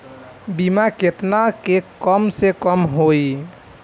बीमा केतना के कम से कम होई?